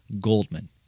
Goldman